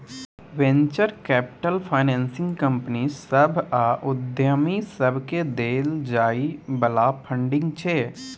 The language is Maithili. बेंचर कैपिटल फाइनेसिंग कंपनी सभ आ उद्यमी सबकेँ देल जाइ बला फंडिंग छै